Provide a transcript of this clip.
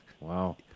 Wow